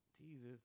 Jesus